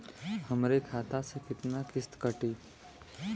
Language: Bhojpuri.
हमरे खाता से कितना किस्त कटी?